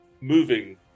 moving